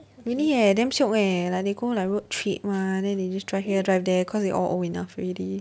really eh damn shiok eh like they go like road trip [one] then they just drive here drive there cause they all old enough already